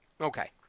Okay